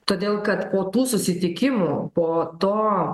todėl kad po tų susitikimų po to